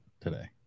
today